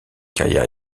carrière